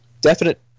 definite